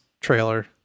trailer